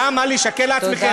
למה לשקר לעצמכם?